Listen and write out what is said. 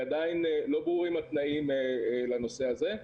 ועדיין לא ברורים התנאים לנושא הזה.